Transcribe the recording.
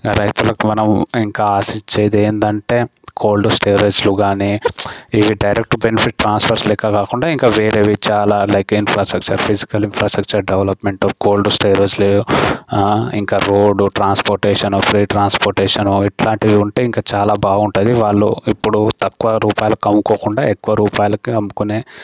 రైతులకు మనం ఇంకా ఆశించేది ఏందంటే కోల్డ్ స్టోరేజ్లు కానీ ఇవి డైరెక్ట్ బెనిఫిట్ ట్రాన్స్ఫర్స్ లెక్క కాకుండా వేరేవి చాలా like infrastructure physical infrastructure development cold స్టోరేజ్లు ఇంకా రోడ్డు ట్రాన్స్పోర్టేషన్ ఫ్రీ ట్రాన్స్పోర్టేషన్ ఇట్లాంటివి ఉంటే ఇంకా చాలా బాగుంటుంది వాళ్ళు ఇప్పుడు తక్కువ రూపాయలు అమ్ముకోకుండా ఎక్కువ రూపాయలకు అమ్ముకునే